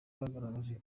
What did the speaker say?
bagaragaje